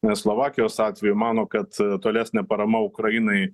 nes slovakijos atveju mano kad tolesnė parama ukrainai